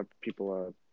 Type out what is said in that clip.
people